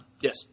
Yes